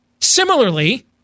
Similarly